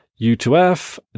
U2F